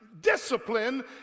discipline